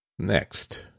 next